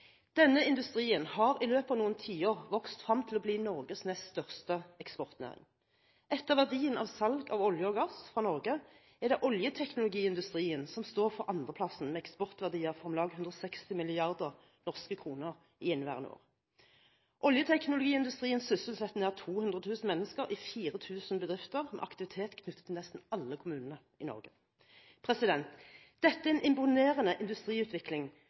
Denne industrien har i løpet av noen tiår vokst frem til å bli Norges nest største eksportnæring. Etter verdien av salg av olje og gass fra Norge er det oljeteknologiindustrien som står for andreplassen, med eksportverdier på om lag 160 mrd. kr i inneværende år. Oljeteknologiindustrien sysselsetter nær 200 000 mennesker i 4 000 bedrifter, med aktiviteter knyttet til nesten alle kommuner i Norge. Dette er en imponerende industriutvikling,